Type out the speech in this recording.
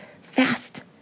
fast